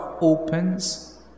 opens